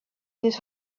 his